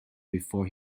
before